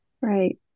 Right